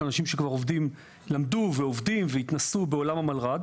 אנשים שכבר למדו ועובדים והתנסו בעולם המלר"ד